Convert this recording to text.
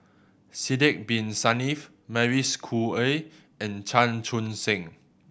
Sidek Bin Saniff Mavis Khoo Oei and Chan Chun Sing